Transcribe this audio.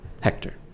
Hector